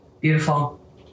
Beautiful